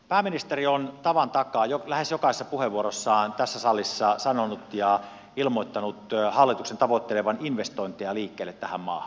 pääministeri on tavan takaa lähes jokaisessa puheenvuorossaan tässä salissa sanonut ja ilmoittanut hallituksen tavoittelevan investointeja liikkeelle tähän maahan